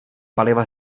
paliva